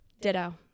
Ditto